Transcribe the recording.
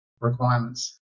requirements